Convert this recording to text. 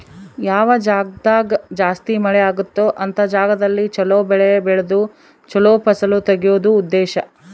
ಯಾವ ಜಾಗ್ದಾಗ ಜಾಸ್ತಿ ಮಳೆ ಅಗುತ್ತೊ ಅಂತ ಜಾಗದಲ್ಲಿ ಚೊಲೊ ಬೆಳೆ ಬೆಳ್ದು ಚೊಲೊ ಫಸಲು ತೆಗಿಯೋದು ಉದ್ದೇಶ